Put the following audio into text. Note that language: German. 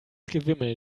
gewimmel